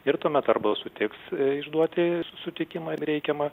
ir tuomet arba sutiks išduotis sutikimą reikiamą